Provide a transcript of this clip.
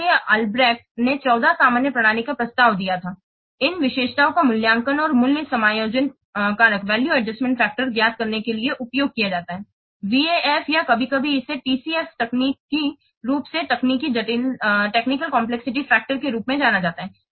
इसलिए अल्ब्रेक्ट ने 14 सामान्य प्रणाली का प्रस्ताव दिया था इन विशेषताओं का मूल्यांकन और मूल्य समायोजन कारक ज्ञात करने के लिए उपयोग किया जाता है VAF या कभी कभी इसे TCF तकनीकी रूप से तकनीकी जटिलता कारकों के रूप में जाना जाता है